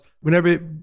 whenever